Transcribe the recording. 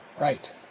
right